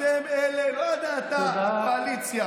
אתם אלה, לא יודע אם אתה, הקואליציה.